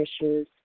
issues